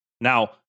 Now